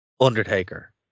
Undertaker